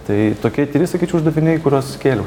tai tokie trys sakyčiau uždaviniai kuriuos kėliau